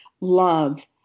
love